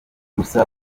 gusa